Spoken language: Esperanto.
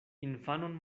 infanon